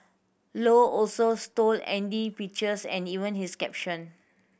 low also stole Andy pictures and even his caption